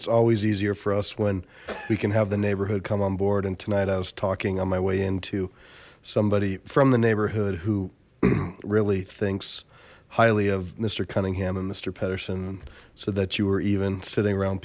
it's always easier for us when we can have the neighborhood come on board and tonight i was talking on my way in to somebody from the neighborhood who really thinks highly of mister cunningham and mister patterson so that you were even sitting around